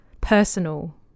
personal